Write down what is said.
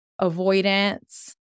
avoidance